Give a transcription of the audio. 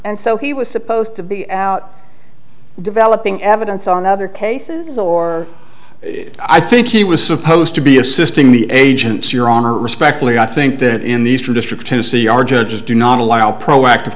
so he was supposed to be out developing evidence on other cases or i think she was supposed to be assisting the agents your honor respectfully i think that in the eastern district to see our judges do not allow proactive